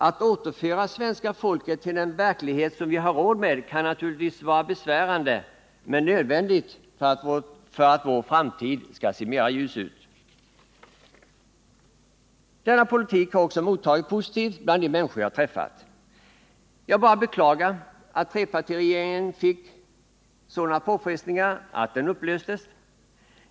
Att återföra svenska folket till den verklighet som vi har råd med kan naturligtvis vara besvärande men nödvändigt för att vår framtid skall se mer ljus ut. Denna politik har också mottagits positivt bland de människor jag träffat. Jag bara beklagar att trepartiregeringen utsattes för sådana påfrestningar att den upplöstes.